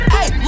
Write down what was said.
Hey